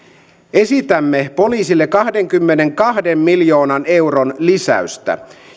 esitämme poliisille kahdenkymmenenkahden miljoonan euron lisäystä